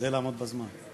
אשתדל לעמוד בזמן.